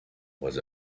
was